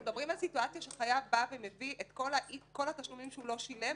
אנחנו מדברים על סיטואציה שחייב בא ומביא את כל התשלומים שהוא לא שילם,